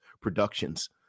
productions